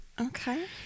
Okay